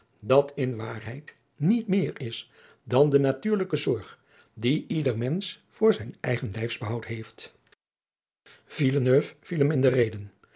dat in waarheid niet meer is dan de natuurlijke zorg die ieder mensch voor zijn eigen lijfsbehoud heeft villeneuve viel hem in de reden